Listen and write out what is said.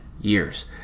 years